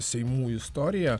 seimų istoriją